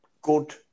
good